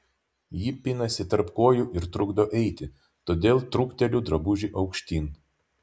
ji pinasi tarp kojų ir trukdo eiti todėl trukteliu drabužį aukštyn